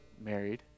married